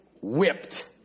whipped